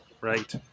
right